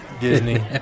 Disney